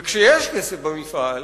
וכשיש כסף במפעל,